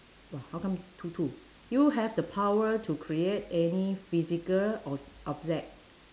!wah! how come two to you have the power to create any physical ob~ object